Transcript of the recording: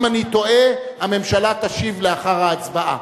אם אני טועה, הממשלה תשיב לאחר ההצבעה.